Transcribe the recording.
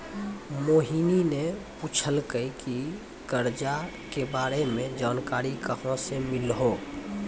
मोहिनी ने पूछलकै की करजा के बारे मे जानकारी कहाँ से मिल्हौं